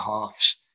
halves